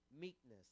meekness